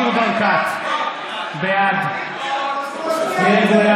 (קורא בשמות חברי הכנסת) ניר ברקת, בעד יאיר גולן,